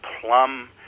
plum